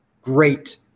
Great